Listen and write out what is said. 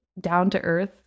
down-to-earth